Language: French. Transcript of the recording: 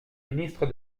ministre